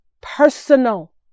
personal